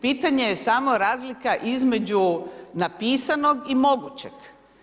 Pitanje je samo razlika između napisanog i mogućeg.